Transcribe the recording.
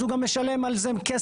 אז הוא גם משלם על זה כסף.